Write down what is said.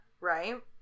right